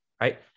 Right